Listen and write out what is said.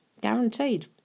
Guaranteed